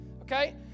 okay